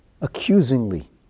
accusingly